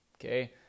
Okay